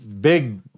big